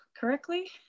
correctly